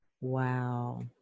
Wow